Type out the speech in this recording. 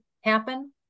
happen